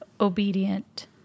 obedient